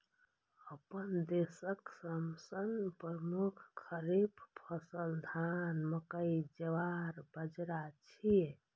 अपना देशक सबसं प्रमुख खरीफ फसल धान, मकई, ज्वार, बाजारा छियै